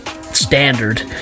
standard